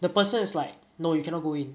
the person is like no you cannot go in